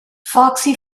foxe